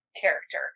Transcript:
character